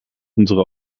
unsere